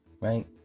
right